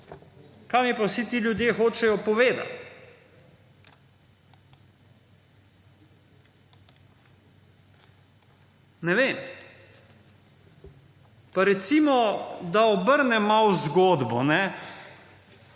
kaj mi pa vsi ti ljudje hočejo povedati! Ne vem. Pa, recimo, da obrnem malce zgodbo.